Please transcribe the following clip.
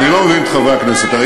מגיע לכם אחד.